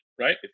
right